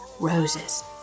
roses